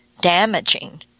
damaging